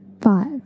five